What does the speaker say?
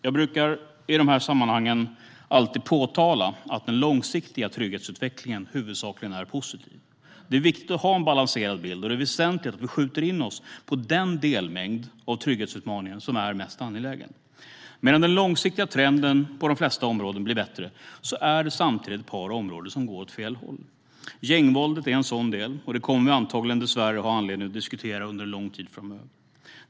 Jag brukar i dessa sammanhang alltid påpeka att den långsiktiga trygghetsutvecklingen huvudsakligen är positiv. Det är viktigt att ha en balanserad bild, och det är väsentligt att vi skjuter in oss på den delmängd av trygghetsutmaningen som är mest angelägen. Medan den långsiktiga trenden på de flesta områden blir bättre är det samtidigt ett par områden som går åt fel håll. Gängvåldet är en sådan del, och det kommer vi antagligen dessvärre att ha anledning att diskutera under en lång tid framöver.